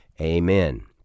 Amen